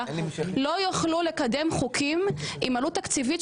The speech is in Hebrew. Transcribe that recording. אנחנו נילחם אתכם בזה.